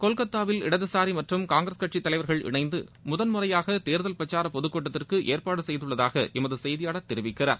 கொல்கத்தாவில் இடதுசாரி மற்றும் காங்கிரஸ் கட்சி தலைவர்கள் இனைந்து முதன்முறையாக தேர்தல் பிரச்சார பொதுக்கூட்டத்திற்கு ஏற்பாடு செய்துள்ளதாக எமது செய்தியாளர் தெரிவிக்கிறார்